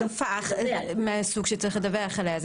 ברור שמדובר בתופעה מהסוג שצריך לדווח עליה,